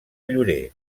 llorer